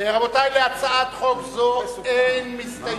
רבותי, להצעת חוק זו אין מסתייגים,